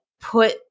put